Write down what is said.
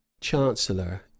chancellor